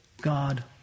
God